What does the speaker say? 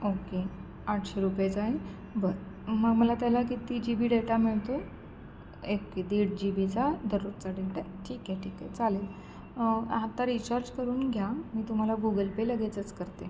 okay आठशे रुपयेचा आहे बरं मग मला त्याला किती जी बी डेटा मिळतो एक ते दीड जी बीचा दररोजचा डेटा ठीक आहे ठीक आहे चालेल आता रिचार्ज करून घ्या मी तुम्हाला गुगल पे लगेचच करते